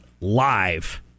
live